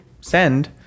send